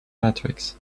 matrix